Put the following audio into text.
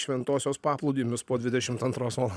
šventosios paplūdimius po dvidešimt antros vala